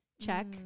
check